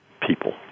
people